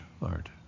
Lord